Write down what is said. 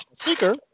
speaker